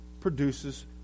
produces